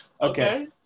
Okay